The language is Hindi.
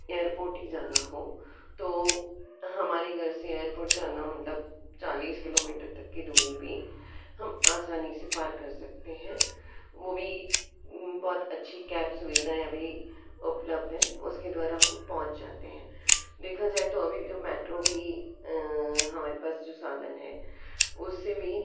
एयरपोट ही जाना हो तो हमारे घर से एयरपोट जाना मतलब चालीस किलोमीटर तक की दूरी भी हम आसानी से पार कर सकते हैं वो भी बहुत अच्छी कैब सुविधाएं भी उपलब्ध है उसके द्वारा हम पहुँच जाते हैं देखा जाए तो अभी जो मेट्रो भी हमारे पास जो साधन है उससे भी